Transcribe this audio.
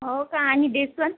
हो का आणि बेसन